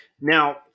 Now